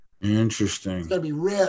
Interesting